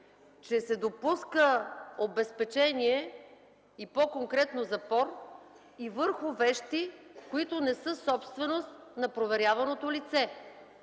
че се допуска обезпечение и по-конкретно запор и върху вещи, които не са собственост на проверяваното лице.